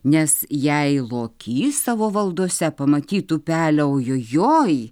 nes jei lokys savo valdose pamatytų pelę ojojoj